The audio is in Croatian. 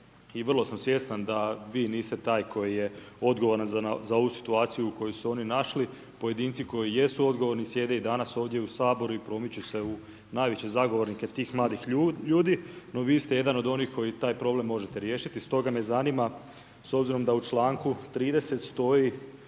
I vrlo sam svjestan da vi niste taj koji je odgovoran za ovu situaciju u kojoj su se oni našli. Pojedinci koji jesu odgovorni sjede i danas ovdje u Saboru i promiču se u najveće zagovornike tih mladih ljudi. No, vi ste jedan od onih koji taj problem možete riješiti. Stoga me zanima, s obzirom da u članku 30. stoji